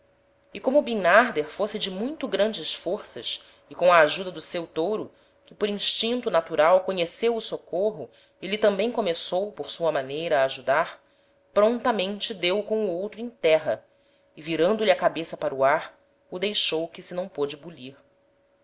e como bimnarder fosse de muito grandes forças e com a ajuda do seu touro que por instinto natural conheceu o socorro e lhe tambem começou por sua maneira a ajudar prontamente deu com o outro em terra e virando lhe a cabeça para o ar o deixou que se não pôde bulir